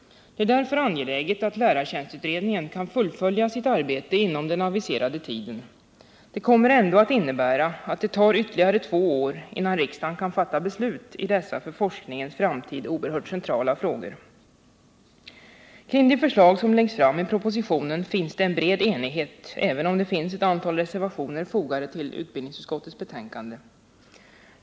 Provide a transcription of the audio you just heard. Det är därför angeläget att lärartjänstutredningen kan fullfölja sitt arbete inom den aviserade tiden. Det kommer ändå att innebära att det tar ytterligare två år innan riksdagen kan fatta beslut i dessa för forskningens framtid oerhört centrala frågor. Kring de förslag som läggs fram i propositionen finns det en bred enighet, även om det finns ett antal reservationer fogade till betänkandet.